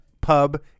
pub